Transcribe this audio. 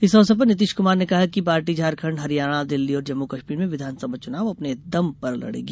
इस अवसर पर नितिश क्मार ने कहा कि पार्टी झारखंड हरियाणा दिल्ली और जम्मू कश्मीर में विधानसभा चुनाव अपने दम पर लड़ेगी